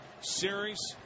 series